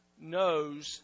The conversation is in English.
knows